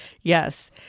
Yes